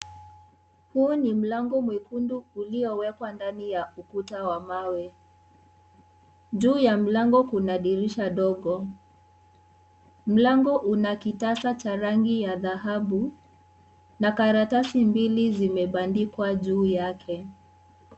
Huu ni mlango mwekundu uliowekwa ndani ya ukuta wa mawe. Juu ya mlango kuna dirisha dogo. Mlango unakitasa cha rangi ya dhahabu na karatasi mbili zimebandikwa juu yake.